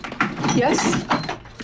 Yes